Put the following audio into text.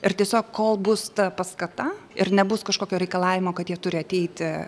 ir tiesiog kol bus ta paskata ir nebus kažkokio reikalavimo kad jie turi ateiti